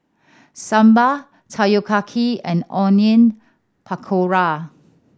Sambar Takoyaki and Onion Pakora